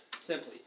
simply